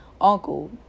uncle